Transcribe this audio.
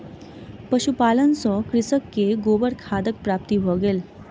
पशुपालन सॅ कृषक के गोबर खादक प्राप्ति भ गेल